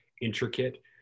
intricate